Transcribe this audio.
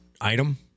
item